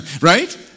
right